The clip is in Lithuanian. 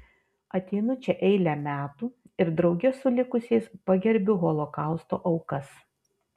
ateinu čia eilę metų ir drauge su likusiais pagerbiu holokausto aukas